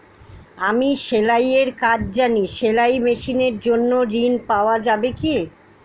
আমি সেলাই এর কাজ জানি সেলাই মেশিনের জন্য ঋণ পাওয়া যাবে কি?